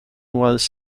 was